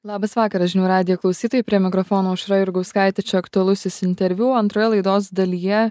labas vakaras žinių radijo klausytojai prie mikrofono aušra jurgauskaitė čia aktualusis interviu antroje laidos dalyje